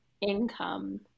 income